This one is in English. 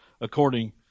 according